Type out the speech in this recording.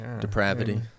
depravity